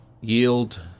yield